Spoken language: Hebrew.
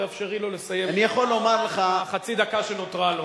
תאפשרי לו לסיים בחצי דקה שנותרה לו.